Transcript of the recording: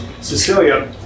Cecilia